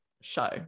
show